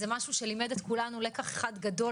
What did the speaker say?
זה משהו שלימד את כולנו לקח אחד גדול